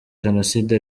jenoside